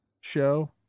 show